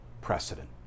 precedent